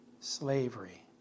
slavery